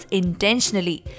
intentionally